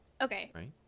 Okay